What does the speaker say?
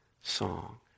song